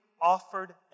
offered